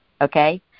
okay